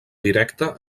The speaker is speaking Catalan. directa